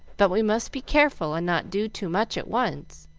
but we must be careful and not do too much at once.